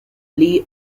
lee